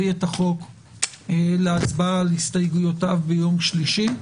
את הצעת החוק להצבעה על הסתייגויותיו ביום שלישי.